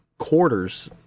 quarters